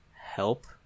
help